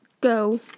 go